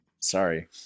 Sorry